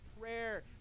prayer